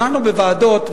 אנחנו בוועדות,